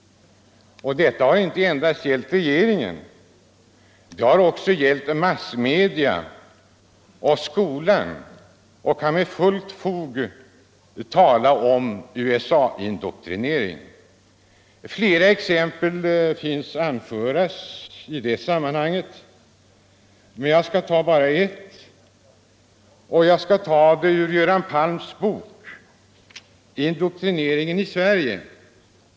Detta har inte endast gällt regeringen, det har också gällt massmedia och skolan. Man kan med fullt fog tala om USA-indoktrinering. Flera exempel finns att anföra i det sammanhanget, men jag skall bara ta ett ur Göran Palms bok Indoktrineringen i Sverige.